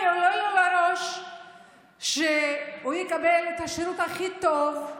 לראש הוא שהוא יקבל את השירות הכי טוב,